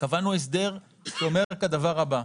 קבענו הסדר שאומר את הדבר הבא: